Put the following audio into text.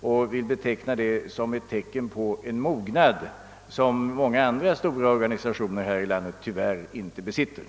Jag betraktar detta som ett tecken på en demokratisk mognad, som många andra stora organisationer här i landet tyvärr inte alltid visar.